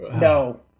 No